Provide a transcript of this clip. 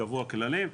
כשייקבעו הכללים,